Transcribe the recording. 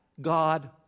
God